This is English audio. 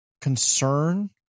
concern